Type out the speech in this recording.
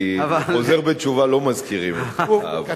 כי חוזר בתשובה לא מזכירים לו את חטאיו.